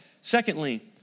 Secondly